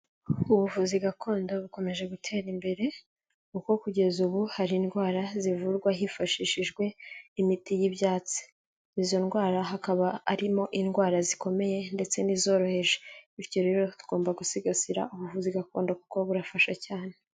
Ubuvuzi gakondo bukomeje gutera imbere kuko kugeza ubu hari indwara zivurwa hifashishijwe imiti y'ibyatsi. Izo ndwara hakaba arimo indwara zikomeye ndetse n'izoroheje. Bityo rero tugomba gusigasira ubuvuzi gakondo kuko burafasha cyane.